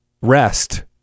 rest